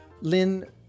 Lynn